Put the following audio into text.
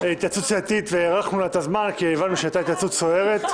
התייעצות סיעתית והארכנו לה את הזמן כי הבנו שהייתה התייעצות סוערת.